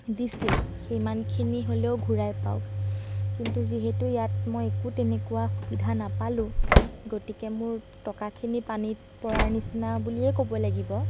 দিছিল সিমানখিনি হ'লেও ঘূৰাই পাওঁক কিন্তু যিহেতু ইয়াত মই একো তেনেকুৱা সুবিধা নাপালোঁ গতিকে মোৰ টকাখিনি পানীত পৰাৰ নিচিনা বুলিয়েই ক'ব লাগিব